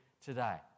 today